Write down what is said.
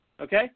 okay